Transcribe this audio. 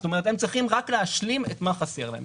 זאת אומרת, הם צריכים רק להשלים את מה שחסר להם.